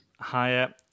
Higher